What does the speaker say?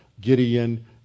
Gideon